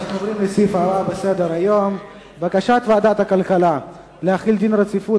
אנחנו עוברים לסעיף הבא בסדר-היום: בקשת ועדת הכלכלה להחיל דין רציפות